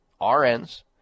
RNs